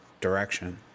direction